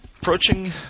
Approaching